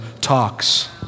talks